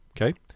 Okay